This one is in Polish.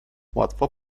łatwo